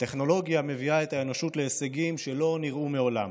הטכנולוגיה מביאה את האנושות להישגים שלא נראו מעולם,